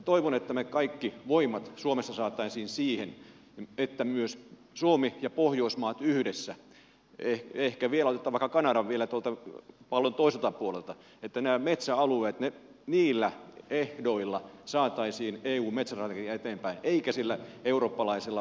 toivon että me kaikki voimat suomessa saataisiin siihen että myös yhdessä suomen ja pohjoismaiden ehkä vielä otetaan vaikka kanada vielä tuolta pallon toiselta puolelta metsäalueiden ehdoilla saataisiin eun metsästrategia eteenpäin eikä sillä eurooppalaisella puistopolitiikalla